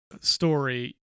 story